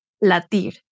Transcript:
Latir